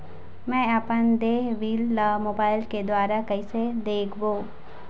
मैं अपन देय बिल ला मोबाइल के द्वारा कइसे देखबों?